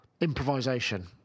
improvisation